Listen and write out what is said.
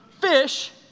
fish